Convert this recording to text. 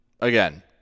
again